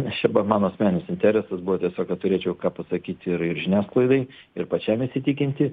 nes čia buvo mano asmeninis interesas buvo tiesiog kad turėčiau ką pasakyti ir ir žiniasklaidai ir pačiam įsitikinti